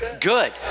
good